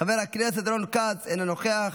חבר הכנסת רון כץ, אינו נוכח,